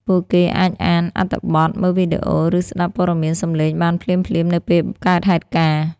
ពួកគេអាចអានអត្ថបទ មើលវីដេអូ ឬស្ដាប់ព័ត៌មានសំឡេងបានភ្លាមៗនៅពេលកើតហេតុការណ៍។